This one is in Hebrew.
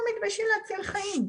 מתביישים לא להציל חיים -- שטויות.